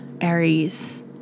Aries